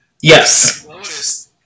Yes